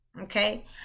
okay